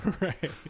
Right